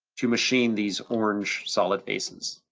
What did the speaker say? to machine these orange solid aces.